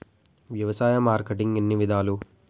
వ్యవసాయ మార్కెటింగ్ ఎన్ని విధాలు?